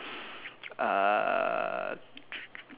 uh